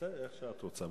איך שאת רוצה.